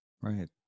right